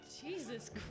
Jesus